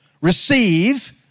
receive